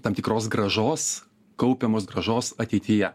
tam tikros grąžos kaupiamos grąžos ateityje